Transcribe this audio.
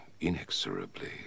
inexorably